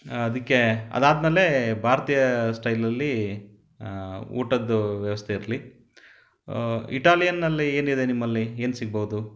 ಅದಕ್ಕೆ ಅದಾದ ಮೇಲೆ ಭಾರತೀಯ ಸ್ಟೈಲಲ್ಲಿ ಊಟದ್ದು ವ್ಯವಸ್ಥೆ ಇರಲಿ ಇಟಾಲಿಯನ್ನಲ್ಲಿ ಏನಿದೆ ನಿಮ್ಮಲ್ಲಿ ಏನು ಸಿಗ್ಬೌದು